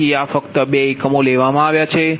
તેથી આ ફક્ત બે એકમો લેવામાં આવ્યા છે